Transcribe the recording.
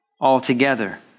altogether